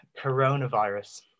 coronavirus